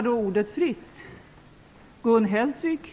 Min fråga till socialministern är: